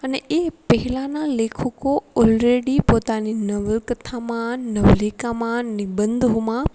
અને એ પહેલાંના લેખકો ઓલરેડી પોતાની નવલકથામાં નવલિકામાં નિબંધોમાં